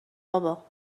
بابا